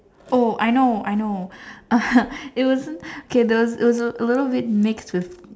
oh I know I know uh it wasn't K there was it was a little bit mixed with